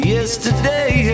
Yesterday